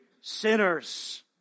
sinners